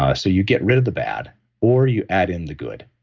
ah so, you get rid of the bad or you add in the good.